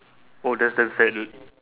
oh that's damn sad dude